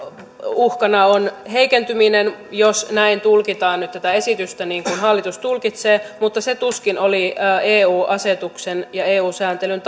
uhkana on heikentyminen jos näin tulkitaan nyt tätä esitystä niin kuin hallitus tulkitsee mutta se tuskin oli eu asetuksen ja eu sääntelyn